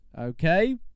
okay